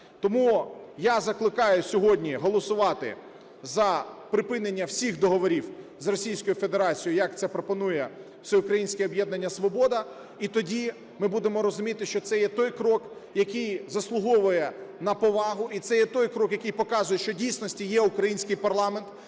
Тому я закликаю сьогодні голосувати за припинення всіх договорів з Російською Федерацією, як це пропонує "Всеукраїнське об'єднання "Свобода". І тоді ми будемо розуміти, що це є той крок, який заслуговує на повагу. І це є той крок, який показує, що в дійсності є український парламент,